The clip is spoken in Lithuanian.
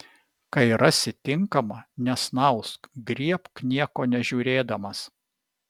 kai rasi tinkamą nesnausk griebk nieko nežiūrėdamas